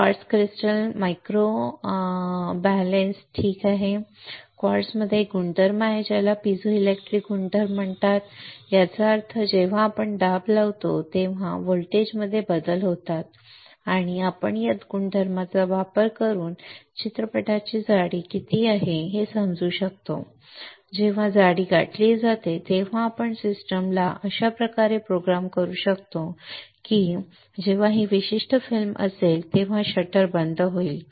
quartz crystal microbalance ठीक आहे क्वार्ट्जमध्ये एक गुणधर्म आहे त्याला पीझोइलेक्ट्रिक गुणधर्म म्हणतात याचा अर्थ जेव्हा आपण दाब लावतो तेव्हा व्होल्टेजमध्ये बदल होतो तेव्हा आपण या गुणधर्माचा वापर करून चित्रपटाची जाडी किती आहे हे समजू शकतो आणि जेव्हा जाडी गाठली जाते तेव्हा आपण सिस्टमला अशा प्रकारे प्रोग्राम करू शकतो की जेव्हा ही विशिष्ट फिल्म असेल तेव्हा शटर बंद होईल